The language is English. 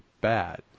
bad